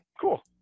cool